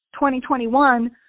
2021